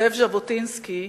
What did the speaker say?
זאב ז'בוטינסקי,